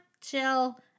chill